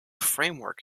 framework